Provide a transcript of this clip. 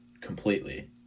completely